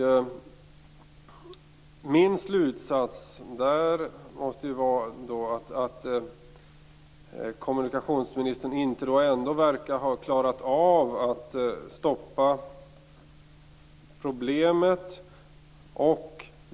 Min slutsats måste bli att kommunikationsministern inte verkar ha klarat av att stoppa problemet.